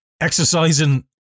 Exercising